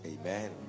Amen